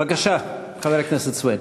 בבקשה, חבר הכנסת סוייד.